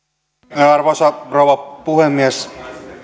arvoisa arvoisa rouva puhemies